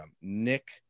nick